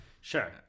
Sure